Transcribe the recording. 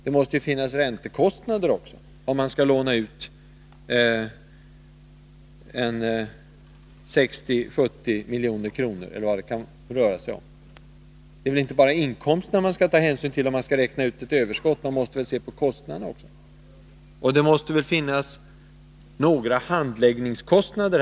Det måste ju finnas räntekostnader också, om man skall låna ut 60-70 milj.kr. Det är inte bara inkomsterna man skall ta hänsyn till om man skall räkna ut ett överskott. Man måste se på kostnaderna också! Det måste också finnas några handläggningskostnader.